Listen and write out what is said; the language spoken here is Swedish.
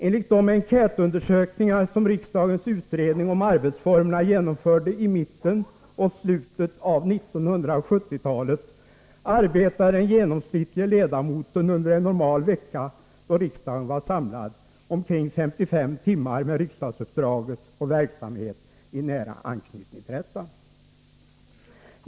Enligt de enkätundersökningar som riksdagens utredning om arbetsformerna genomförde i mitten och slutet av 1970-talet arbetade den genomsnittlige ledamoten under en normal vecka då riksdagen var samlad omkring 55 timmar med riksdagsuppdraget och verksamhet i nära anknytning till detta.